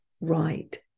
right